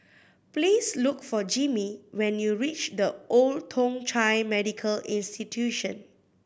please look for Jimmie when you reach The Old Thong Chai Medical Institution